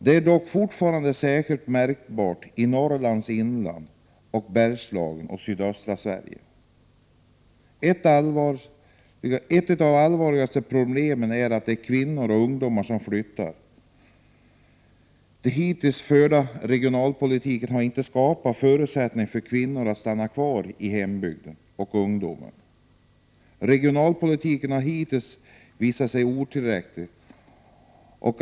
De är dock fortfarande särskilt märkbara i Norrlands inland, Bergslagen och sydöstra Sverige. Ett av de allvarligaste problemen är att det är kvinnorna och ungdomarna som flyttar från glesbygden. Den hittills förda regionalpolitiken har inte skapat förutsättningar för kvinnor och ungdomar att stanna kvar i hembygden. Regeringspolitiken har hittills visat sig otillräcklig.